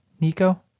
Nico